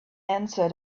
answer